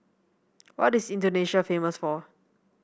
what is Indonesia famous for